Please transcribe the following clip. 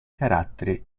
carattere